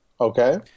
Okay